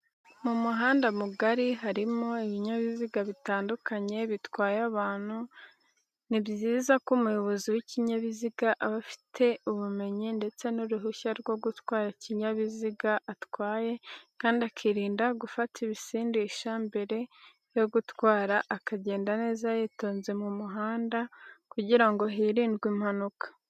Mu muhanda mugari harimo ibinyabiziga bitandukanye bitwaye abantu, ni byiza ko umuyobozi w'ikinyabiziga aba afite ubumenyi ndetse n'uruhushya rwo gutwa ikinyabiziga atwaye kandi akirinda gufata ibisindisha mbere yo gutwara akagenda neza yitonze mu muhanda, kugira ngo hirindwe impanuka